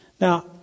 Now